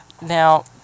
Now